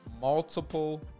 multiple